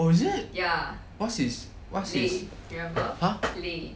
oh is it what's his what's his !huh!